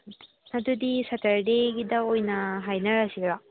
ꯑꯗꯨꯗꯤ ꯁꯇꯔꯗꯦꯒꯤꯗ ꯑꯣꯏꯅ ꯍꯥꯏꯅꯔꯁꯤꯔꯣ